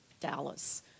Dallas